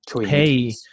hey